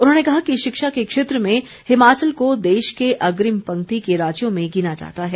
उन्होंने कहा कि शिक्षा के क्षेत्र में हिमाचल को देश के अग्रिम पंक्ति के राज्यों में गिना जाता है